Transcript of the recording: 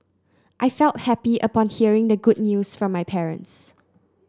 I felt happy upon hearing the good news from my parents